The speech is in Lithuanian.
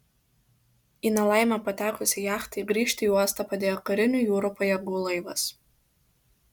į nelaimę patekusiai jachtai grįžti į uostą padėjo karinių jūrų pajėgų laivas